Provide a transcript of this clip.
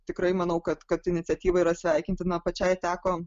tikrai manau kad kad iniciatyva yra sveikintina pačiai teko